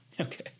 Okay